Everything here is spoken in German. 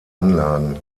anlagen